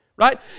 Right